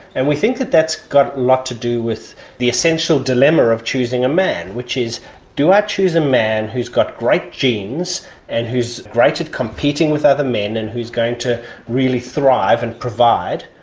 and we think that that's got a lot to do with the essential dilemma of choosing a man which is do i choose a man who's got great genes and who's great at competing with other men and who's going to really thrive and provide,